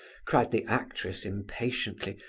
cried the actress, impatiently,